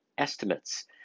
Estimates